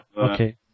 Okay